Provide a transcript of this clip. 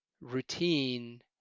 routine